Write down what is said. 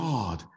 God